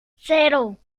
cero